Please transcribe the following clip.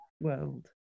world